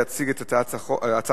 יציג את הצעת החוק,